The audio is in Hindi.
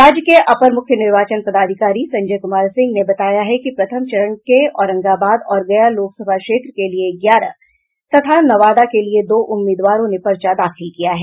राज्य के अपर मुख्य निर्वाचन पदाधिकारी संजय कुमार सिंह ने बताया है कि प्रथम चरण के औरंगाबाद और गया लोकसभा क्षेत्र के लिए ग्यारह तथा नवादा के लिए दो उम्मीदवारों ने पर्चा दाखिल किया है